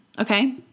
okay